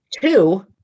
two